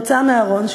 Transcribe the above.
הוצאה מהארון,